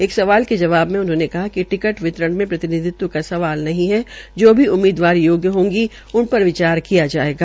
एक सवाल के जवाब में उन्होंने कहा कि टिकट वितरण में प्रतिनिधित्व का सवाल नहीं है जो भी उम्मीदवार योग्य होंगी उन पर विचार किया जायेगा